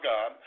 God